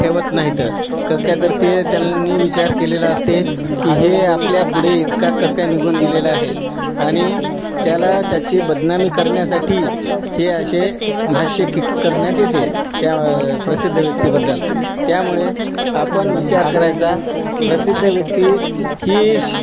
ठेवत नाहीतं कसं काय तर ते त्यांनी विचार केलेलं असते की हे आपल्या पुढे इतका कसं काय निघून गेलेलं आहे आणि त्याला त्याची बदनामी करण्या्साठी हे असे भाष्य क करण्यात येते त्या प्रसिद्ध व्यक्तीबद्दल त्यामुळे आपण विचार करायचा प्रसिद्ध व्यक्ती ही श